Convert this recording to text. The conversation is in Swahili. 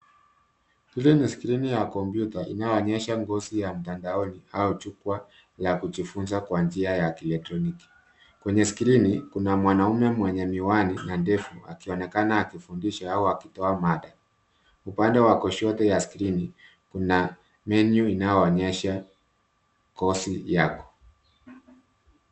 Hili ni skrini ya kompyuta inayoonyesha ngozi ya mtandaoni au jukwaa ya kujifunza kwa njia ya kielektroniki. Kwenye skrini, kuna mwanamume mwenye miwani na ndevu akionekana akifundisha au akitoa mada. Upande wa kushoto ya skrini, kuna menu inayoonyesha kosi yako.